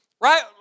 right